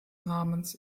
namens